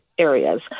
areas